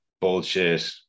bullshit